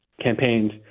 campaigns